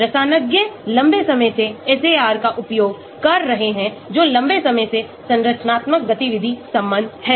रसायनज्ञ लंबे समय से SAR का उपयोग कर रहे हैं जो लंबे समय से संरचना गतिविधि संबंध है